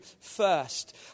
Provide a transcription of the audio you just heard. first